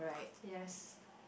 yes